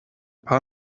paar